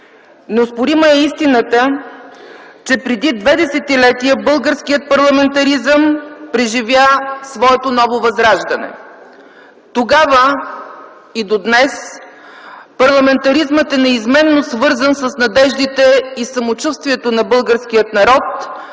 Неоспорима е истината, че преди две десетилетия българският парламентаризъм преживя своето ново възраждане. Тогава, и до днес, парламентаризмът е неизменно свързан с надеждите и самочувствието на българския народ,